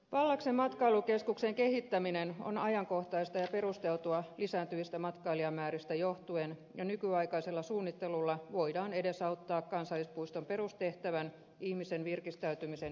pallaksen matkailukeskuksen kehittäminen on ajankohtaista ja perusteltua lisääntyvistä matkailijamääristä johtuen ja nykyaikaisella suunnittelulla voidaan edesauttaa kansallispuiston perustehtävän ihmisen virkistäytymisen helpottamisessa